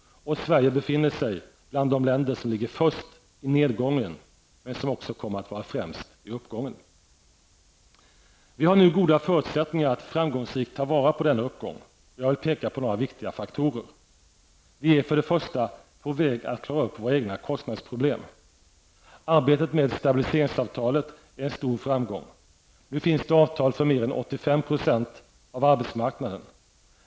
Sverige finns bland de länder som ligger först i nedgången, men som också kommer att vara främst i uppgången. Vi bör ha goda förutsättningar att framgångsrikt ta vara på denna uppgång. Jag vill peka på några viktiga faktorer: Vi är, för det första, på väg att klara upp våra egna kostnadsproblem. Arbetet med stabiliseringsavtalet är en stor framgång. Nu finns det avtal för mer än 85 procent av arbetsmarknaden.